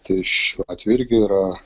tai šiuo atveju irgi yra